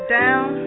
down